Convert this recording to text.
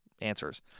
answers